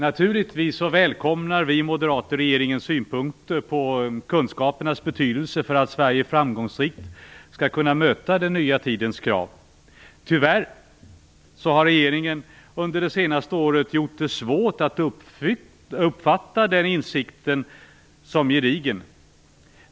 Naturligtvis välkomnar vi moderater regeringens synpunkter på kunskapernas betydelse för att Sverige framgångsrikt skall kunna möta den nya tidens krav. Tyvärr har regeringen under det senaste året gjort det svårt att uppfatta den insikten som gedigen.